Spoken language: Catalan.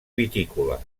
vitícola